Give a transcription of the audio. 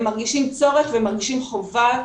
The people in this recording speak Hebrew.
הם מרגישים צורך ומרגישים חובה.